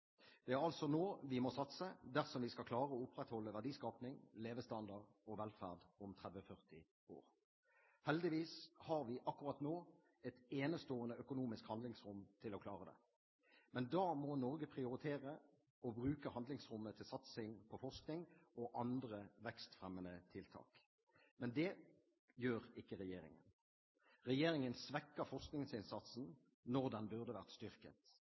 Det er altså nå vi må satse dersom vi skal klare å opprettholde verdiskaping, levestandard og velferd om 30–40 år. Heldigvis har vi akkurat nå et enestående økonomisk handlingsrom til å klare det, men da må Norge prioritere å bruke handlingsrommet til satsing på forskning og andre vekstfremmende tiltak. Men det gjør ikke regjeringen, regjeringen svekker forskningsinnsatsen når den burde vært styrket.